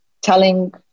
telling